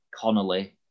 Connolly